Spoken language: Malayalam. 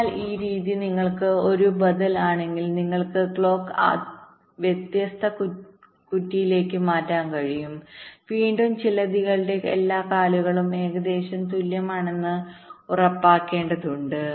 അതിനാൽ ഈ രീതി നിങ്ങൾക്ക് ഒരു ബദൽ ആണെങ്കിലും നിങ്ങൾക്ക് ക്ലോക്ക് വ്യത്യസ്ത കുറ്റിയിലേക്ക് മാറ്റാൻ കഴിയും വീണ്ടും ചിലന്തികളുടെ എല്ലാ കാലുകളും ഏകദേശം തുല്യമാണെന്ന് ഉറപ്പാക്കേണ്ടതുണ്ട്